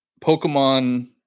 Pokemon